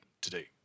today